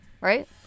right